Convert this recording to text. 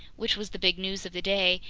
which was the big news of the day,